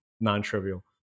non-trivial